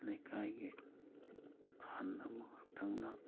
ꯂꯩꯀꯥꯏꯒꯤ ꯑꯍꯟ ꯑꯃꯈꯛꯇꯪꯅ